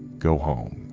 go home.